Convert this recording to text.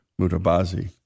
Mutabazi